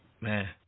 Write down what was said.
Man